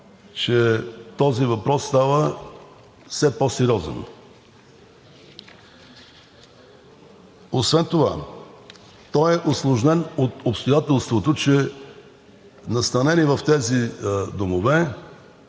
че този въпрос става все по-сериозен. Освен това той е усложнен от обстоятелството, че настанени в тези домове,